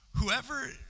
whoever